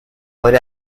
por